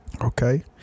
Okay